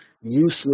useless